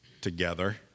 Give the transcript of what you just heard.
together